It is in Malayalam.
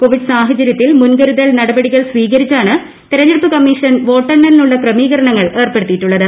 കോവിഡ് സാഹ ചര്യത്തിൽ മുൻകരുതൽ നടപടികൾ സ്വീകരിച്ചാണ് തെരഞ്ഞെടുപ്പ് കമ്മീഷൻ വോട്ടെണ്ണലിനുളള ക്രമീകരണങ്ങൾ ഏർപ്പെടുത്തിയിട്ടുളളത്